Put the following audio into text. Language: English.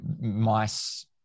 mice